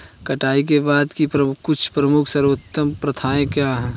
कटाई के बाद की कुछ प्रमुख सर्वोत्तम प्रथाएं क्या हैं?